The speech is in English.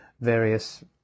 various